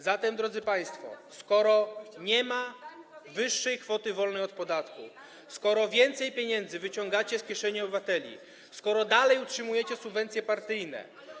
Zatem, drodzy państwo, skoro nie ma wyższej kwoty wolnej od podatku, skoro więcej pieniędzy wyciągacie z kieszeni obywateli, skoro dalej utrzymujecie subwencje partyjne.